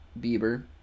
Bieber